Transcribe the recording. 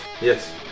Yes